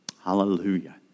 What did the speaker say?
Hallelujah